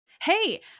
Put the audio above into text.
Hey